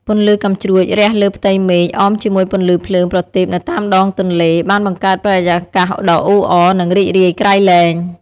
ពន្លឺកាំជ្រួចរះលើផ្ទៃមេឃអមជាមួយពន្លឺភ្លើងប្រទីបនៅតាមដងទន្លេ បានបង្កើតបរិយាកាសដ៏អ៊ូអរ និងរីករាយក្រៃលែង។